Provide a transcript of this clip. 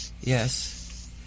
yes